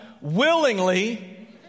willingly